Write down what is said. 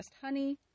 honey